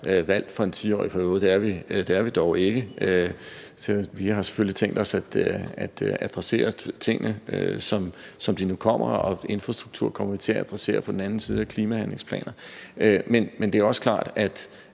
valgt for en 10-årig periode, men det er vi dog ikke. Så vi har selvfølgelig tænkt os at adressere tingene, som de nu kommer, og infrastruktur kommer vi til at adressere på den anden side af klimahandlingsplaner. Men det er klart, at